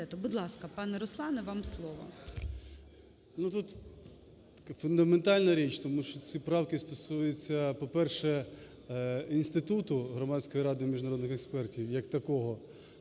Будь ласка, пане Руслане, вам слово. 13:45:44 КНЯЗЕВИЧ Р.П. Тут фундаментальна річ, тому що ці правки стосуються, по-перше, інституту Громадської ради міжнародних експертів як такого,